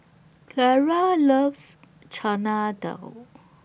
Clara loves Chana Dal